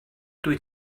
dwyt